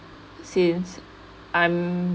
since I'm